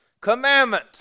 commandment